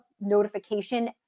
notification